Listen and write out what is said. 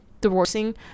divorcing